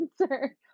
answer